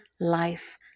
life